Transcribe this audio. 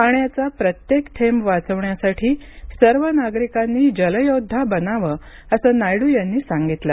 पाण्याचा प्रत्येक थेंब वाचवण्यासाठी सर्व नागरिकांनी जल योद्धा बनावं असं नायडू यांनी सांगितलं